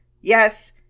Yes